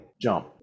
Jump